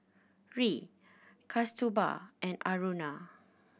Hri Kasturba and Aruna